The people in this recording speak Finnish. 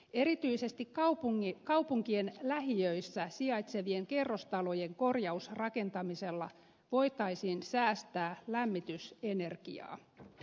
erityisesti kaupunkien lähiöissä sijaitsevien kerrostalojen korjausrakentamisella voitaisiin säästää lämmitysenergiaa